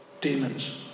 demons